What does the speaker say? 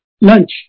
lunch